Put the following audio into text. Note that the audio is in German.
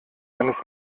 eines